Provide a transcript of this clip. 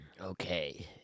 Okay